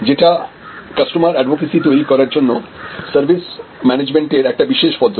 যেটা customer advocacy তৈরি করার জন্য সার্ভিস ম্যানেজমেন্ট এর একটা বিশেষ পদ্ধতি